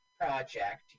project